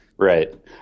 Right